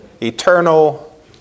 Eternal